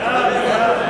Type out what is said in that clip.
סעיפים 1